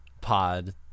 pod